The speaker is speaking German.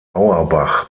auerbach